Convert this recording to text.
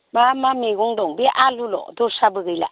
मा मा मैगं दं बे आलुल' दस्राबो गैला